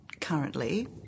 currently